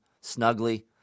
snugly